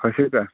خۄشک کا